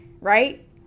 right